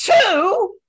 two